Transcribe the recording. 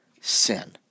sin